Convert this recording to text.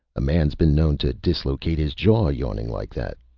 a man's been known to dislocate his jaw, yawning like that,